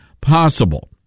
possible